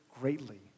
greatly